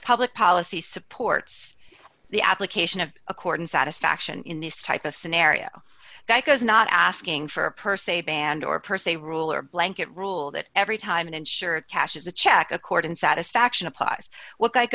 public policy supports the application of accordance satisfaction in this type of scenario that goes not asking for a per se band or a per se rule or blanket rule that every time an insurer catches the check according satisfaction applies what